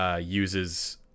uses